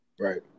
Right